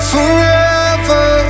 Forever